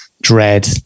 dread